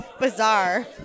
bizarre